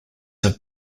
have